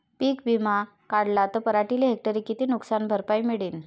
पीक विमा काढला त पराटीले हेक्टरी किती नुकसान भरपाई मिळीनं?